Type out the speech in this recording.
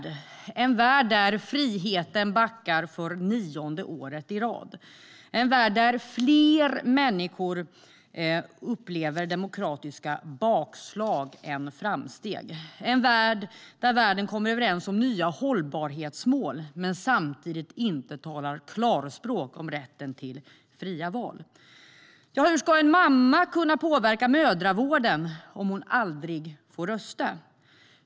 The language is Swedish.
Det är en värld där friheten backar, för nionde året i rad, en värld där fler människor upplever demokratiska bakslag än framsteg och en värld som kommer överens om hållbarhetsmål men samtidigt inte talar klarspråk om rätten till fria val. Hur ska en mamma kunna påverka mödravården om hon aldrig får rösta?